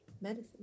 Medicine